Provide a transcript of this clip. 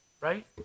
Right